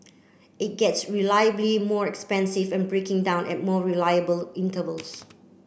it gets reliably more expensive and breaking down at more reliable intervals